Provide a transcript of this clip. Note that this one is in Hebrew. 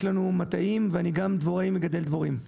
יש לנו מטעים ואני גם דבוראי מגדל דבורים.